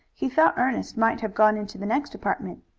he thought ernest might have gone into the next apartment.